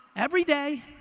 every day,